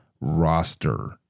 roster